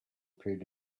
appeared